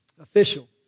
official